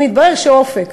אם יתברר שאופק,